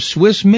Swiss